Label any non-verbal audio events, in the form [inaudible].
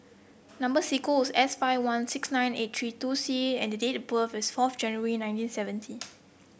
number [unintelligible] is S five one six nine eight three two C and the date of birth is fourth January nineteen seventy